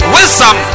Wisdom